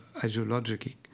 ideologically